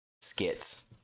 skits